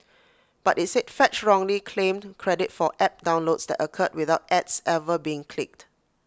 but IT said fetch wrongly claimed credit for app downloads that occurred without ads ever being clicked